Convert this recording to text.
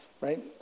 right